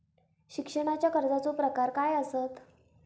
शिक्षणाच्या कर्जाचो प्रकार काय आसत?